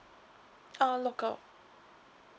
uh local